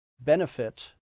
benefit